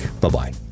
Bye-bye